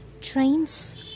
Trains